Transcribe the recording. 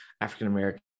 african-american